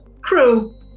crew